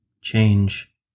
change